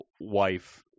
wife